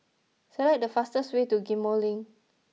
select the fastest way to Ghim Moh Link